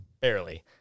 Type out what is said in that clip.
barely